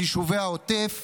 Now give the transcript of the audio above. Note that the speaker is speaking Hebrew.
ביישובי העוטף